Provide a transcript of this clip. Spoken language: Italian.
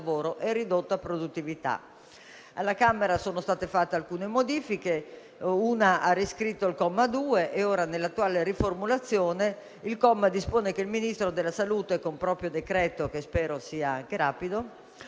Alla Camera sono state fatte alcune modifiche: la prima ha riscritto il comma 2 che, nell'attuale riformulazione, dispone che il Ministro della salute, con proprio decreto, che spero sia anche rapido,